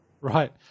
Right